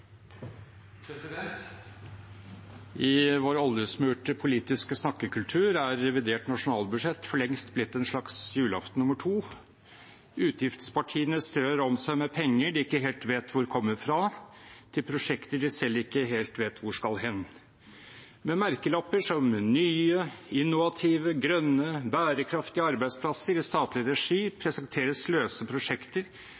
revidert nasjonalbudsjett for lengst blitt en slags julaften nr. 2. Utgiftspartiene strør om seg med penger de ikke helt vet hvor kommer fra, til prosjekter de selv ikke helt vet hvor skal hen. Med merkelapper som «nye», «innovative», «grønne» og «bærekraftige arbeidsplasser i statlig regi»